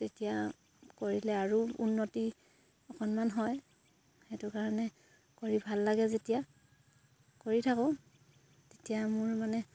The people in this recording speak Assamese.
তেতিয়া কৰিলে আৰু উন্নতি অকণমান হয় সেইটো কাৰণে কৰি ভাল লাগে যেতিয়া কৰি থাকোঁ তেতিয়া মোৰ মানে